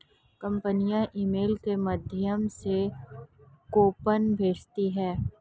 कंपनियां ईमेल के माध्यम से कूपन भेजती है